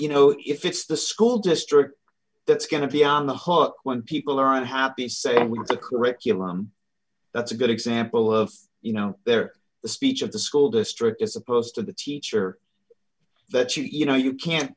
you know if it's the school district that's going to be on the hook when people are unhappy say well it's a curriculum that's a good example of you know they're the speech of the school district as opposed to the teacher that you know you can't